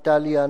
איטליה,